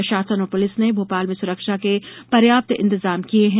प्रशासन और पूलिस ने भोपाल में सुरक्षा के पर्याप्त इंतजाम किये हैं